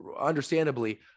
understandably